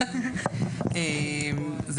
וזה